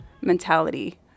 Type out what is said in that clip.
mentality